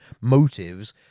motives